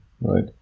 right